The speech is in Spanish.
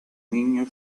niño